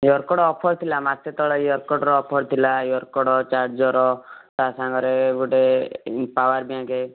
year cord offer ଥିଲା ମାସେ ତଳେ ଇୟର୍ କର୍ଡ଼ର ଅଫର୍ ଥିଲା ଇୟର୍ କର୍ଡ଼ ଚାର୍ଜର୍ ତା'ସାଙ୍ଗରେ ଗୋଟେ ପାୱାର୍ ବ୍ୟାଙ୍କ